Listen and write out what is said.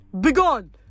Begone